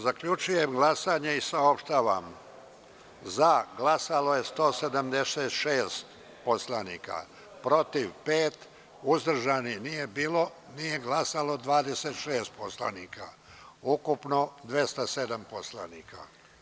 Zaključujem glasanje i saopštavam: za je glasalo 176 poslanika, protiv pet, uzdržanih nije bilo, nije glasalo 26 od ukupno prisutnih 207 narodnih poslanika.